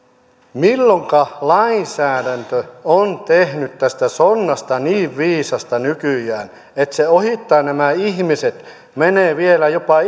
milloinka lainsäädäntö on tehnyt tästä sonnasta niin viisasta nykyään että se ohittaa nämä ihmiset menee vielä jopa